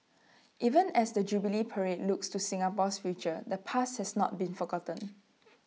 even as the jubilee parade looks to Singapore's future the past has not been forgotten